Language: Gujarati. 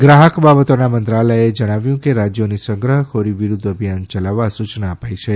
ગ્રાહક બાબતોના મંત્રાલયે જણાવ્યું કે રાજ્યોને સંગ્રહખોરી વિરૂદ્ધ અભિયાન ચલાવવા સૂચના અપાઇ છે